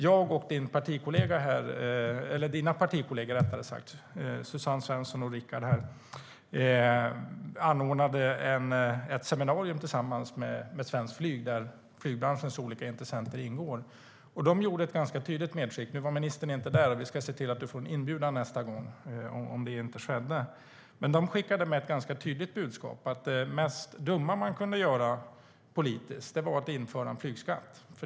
Jag och hennes partikolleger Suzanne Svensson och Rickard anordnade ett seminarium tillsammans med Svenskt flyg där flygbranschens olika intressenter ingår. Svenskt flyg skickade med ett ganska tydligt budskap - ministern var inte där, men vi ska se till att hon får en inbjudan nästa gång - om att det mest dumma man kunde göra politiskt var att införa en flygskatt.